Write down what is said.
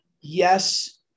Yes